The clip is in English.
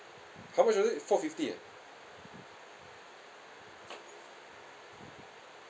how much was it four fifty ah